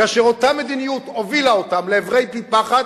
כאשר אותה מדיניות הובילה אותם לעברי פי-פחת,